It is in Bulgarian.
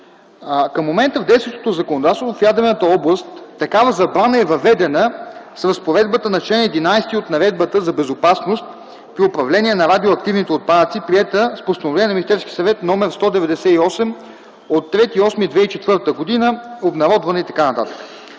от Агенцията за ядрено регулиране, в ядрената област такава забрана е въведена с разпоредбата на чл. 11 от Наредбата за безопасност при управление на радиоактивните отпадъци, приета с Постановление на Министерския съвет № 198 от 03.08.2004 г., обнародвана и т.н.